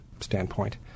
standpoint